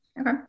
Okay